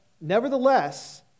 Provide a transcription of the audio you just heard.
nevertheless